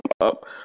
up